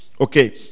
Okay